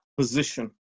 position